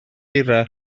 eira